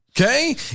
Okay